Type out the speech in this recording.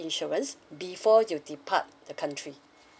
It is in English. insurance before you depart the country